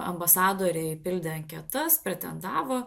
ambasadoriai pildė anketas pretendavo